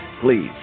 please